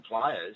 players